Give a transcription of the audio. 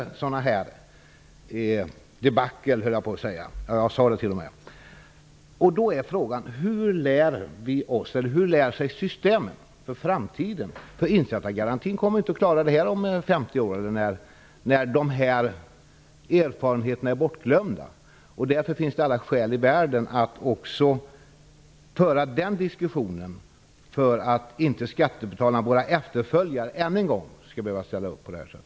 Frågan är då hur systemet för framtiden lär sig något av detta. Insättargarantin kommer inte att klara av det om 50 år när erfarenheterna är bortglömda. Det finns alla skäl i världen att föra den diskussionen så att inte kommande skattebetalare skall behöva ställa upp på samma sätt.